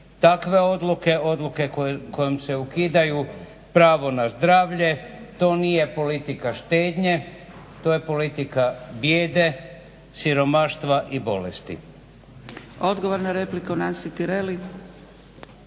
takve odluke, odluke kojom se ukidaju pravo na zdravlje. To nije politika štednje, to je politika bijede, siromaštva i bolesti. **Zgrebec, Dragica